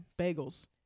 Bagels